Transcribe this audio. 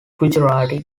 gujarati